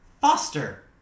Foster